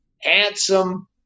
handsome